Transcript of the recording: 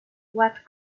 what